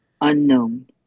unknown